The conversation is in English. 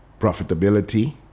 profitability